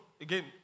again